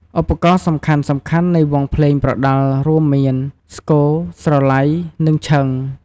ឧបករណ៍សំខាន់ៗនៃវង់ភ្លេងប្រដាល់រួមមាន ស្គរ ស្រឡៃ និងឈិង។